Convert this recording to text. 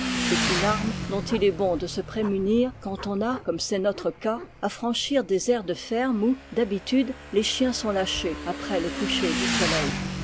c'est une arme dont il est bon de se prémunir quand on a comme c'est notre cas à franchir des aires de fermes où d'habitude les chiens sont lâchés après le coucher du soleil